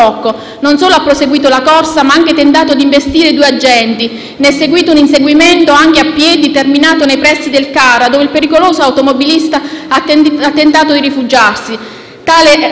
è seguito un inseguimento, anche a piedi, terminato nei pressi del CARA dove il pericoloso automobilista ha tentato di rifugiarsi. Tale CARA è un centro di accoglienza foggiano,